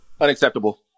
Unacceptable